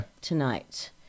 tonight